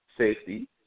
Safety